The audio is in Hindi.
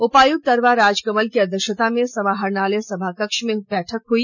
उपायुक्त अरवा राजकमल की अध्यक्षता में समाहरणालय सभाकक्ष में विशेष बैठक हई